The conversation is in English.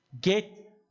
Get